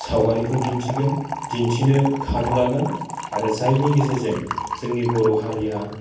सावगारिखौ दिन्थिगोन दिन्थिनो खाबु लागोन आरो जायनि गेजेरजों जोंनि बर' हारिया